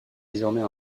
désormais